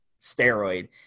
steroid